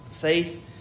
Faith